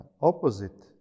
Opposite